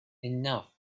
enough